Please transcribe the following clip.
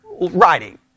writing